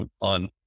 on